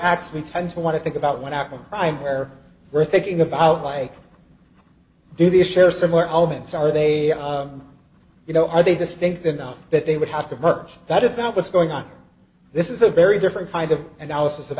x we tend to want to think about what happened crime where we're thinking about why do these share similar elements are they you know are they distinct enough that they would have to emerge that is not what's going on this is a very different kind of analysis of